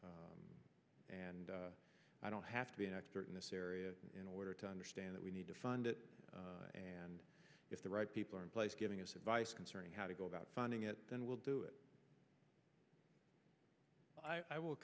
and i don't have to be an expert in this area in order to understand it we need to find it and if the right people are in place giving us advice concerning how to go about finding it then we'll do it i will